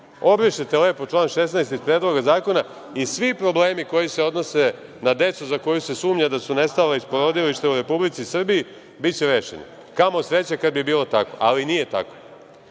16.Obrišete lepo član 16. iz Predloga zakona i svi problemi koji se odnose na decu za koju se sumnja da su nestala iz porodilišta u Republici Srbiji biće rešeni. Kamo sreće kada bi bilo tako, ali nije tako. Ovde